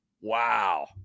Wow